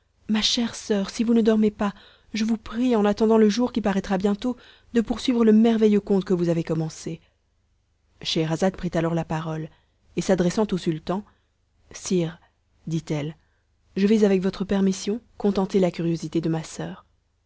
ma chère soeur si vous ne dormez pas je vous prie en attendant le jour qui paraîtra bientôt de poursuivre le merveilleux conte que vous avez commencé scheherazade prit alors la parole et s'adressant au sultan sire dit-elle je vais avec votre permission contenter la curiosité de ma soeur